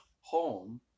home